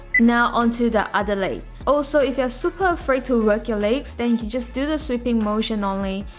now onto the other leg, also if you are super afraid to work your legs then you just do the sweeping motion only,